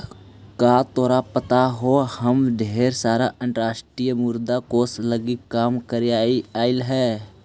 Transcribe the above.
का तोरा पता हो हम ढेर साल अंतर्राष्ट्रीय मुद्रा कोश लागी काम कयलीअई हल